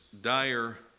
dire